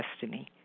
destiny